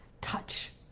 touch